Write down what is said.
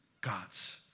God's